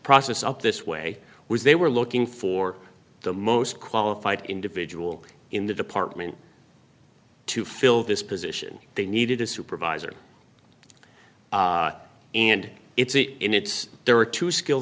process up this way was they were looking for the most qualified individual in the department to fill this position they needed a supervisor and it's in its there are two skill